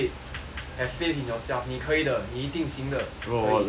have faith in yourself 你可以的你一定行的